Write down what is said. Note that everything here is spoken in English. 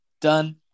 done